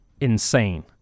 insane